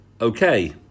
Okay